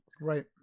Right